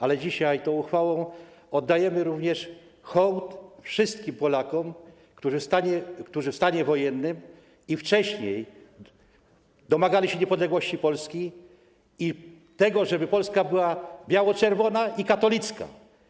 Ale dzisiaj tą uchwałą oddajemy również hołd wszystkim Polakom, którzy w stanie wojennym i wcześniej domagali się niepodległości Polski i tego, żeby Polska była biało-czerwona i katolicka.